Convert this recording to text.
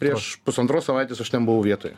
prieš pusantros savaitės aš ten buvau vietoje